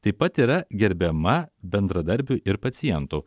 taip pat yra gerbiama bendradarbių ir pacientų